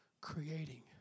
Creating